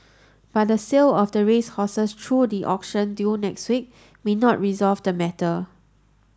but the sale of the racehorses through the auction due next week may not resolve the matter